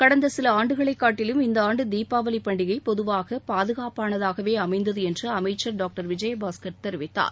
கடந்த சில ஆண்டுகளைக் காட்டிலும் இந்த ஆண்டு தீபாவளிப் பண்டிகை பொதுவாக பாதுகாப்பானதாகவே அமைந்தது என்று அமைச்சர் டாக்டர் விஜயபாஸ்கர் தெரிவித்தார்